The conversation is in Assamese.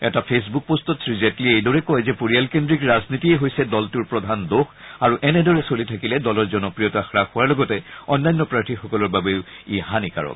এটা ফেচবুক পষ্টত শ্ৰী জেটলীয়ে এইদৰে কয় যে পৰিয়াল কেন্দ্ৰিক ৰাজনীতিয়ে হৈছে দলটোৰ প্ৰধান দোষ আৰু এনেদৰে চলি থাকিলে দলৰ জনপ্ৰিয়তা হাস হোৱাৰ লগতে অন্যান্য প্ৰাৰ্থীসকলৰ বাবেও ই হানিকাৰক